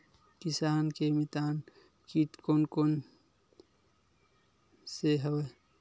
किसान के मितान कीट कोन कोन से हवय?